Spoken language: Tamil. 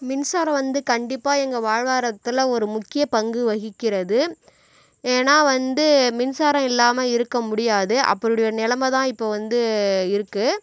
மின்சாரம் வந்து கண்டிப்பாக எங்கள் வாழ்வாரத்தில் ஒரு முக்கிய பங்கு வகிக்கிறது ஏன்னால் வந்து மின்சாரம் இல்லாமல் இருக்கமுடியாது அப்படி ஒரு நிலைம தான் இப்போ வந்து இருக்குது